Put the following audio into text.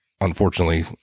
unfortunately